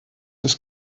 des